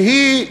שהיא בקואליציה.